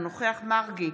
אינו נוכח יעקב מרגי,